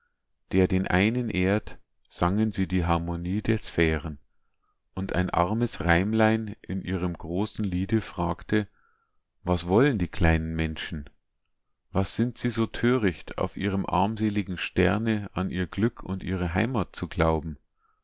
der den einen ehrt sangen sie die harmonie der sphären und ein armes reimlein in ihrem großen liede fragte was wollen die kleinen menschen was sind sie so töricht auf ihrem armseligen sterne an ihr glück und ihre heimat zu glauben